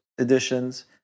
editions